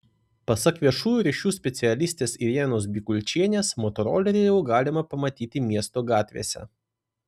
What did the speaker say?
pasak viešųjų ryšių specialistės irenos bikulčienės motorolerį jau galima pamatyti miesto gatvėse